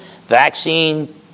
vaccine